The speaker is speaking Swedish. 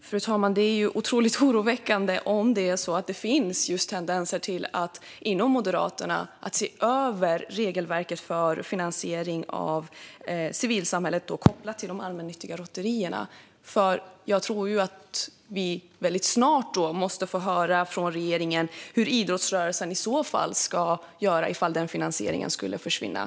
Fru talman! Det är oroväckande om det finns en tendens inom Moderaterna att vilja se över regelverket för civilsamhällets finansiering kopplat till de allmännyttiga lotterierna. I så fall måste vi snart få höra från regeringen hur idrottsrörelsen ska göra om den finansieringen försvinner.